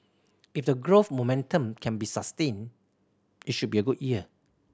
if the growth momentum can be sustained it should be a good year